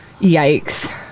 Yikes